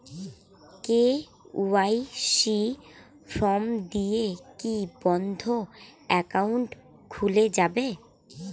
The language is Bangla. কে.ওয়াই.সি ফর্ম দিয়ে কি বন্ধ একাউন্ট খুলে যাবে?